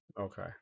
Okay